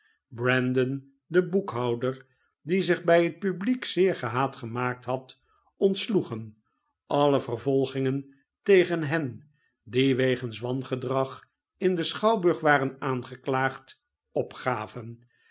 brandon den boekhouder die zich bij het publiek zeer gehaat gemaakt had ontsloegen alle vervolgingen tegen hen die wegens wangedrag in den schouwburg waren aangeklaagd opgaven